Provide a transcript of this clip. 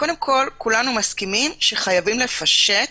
כולנו מסכימים, שחייבים לפשט